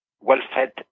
well-fed